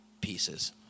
pieces